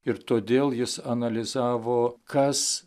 ir todėl jis analizavo kas